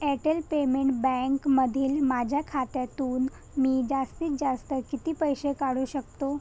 Airtel payment बँकमधील माझ्या खात्यातून मी जास्तीत जास्त किती पैसे काढू शकतो